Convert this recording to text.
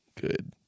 good